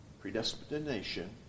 predestination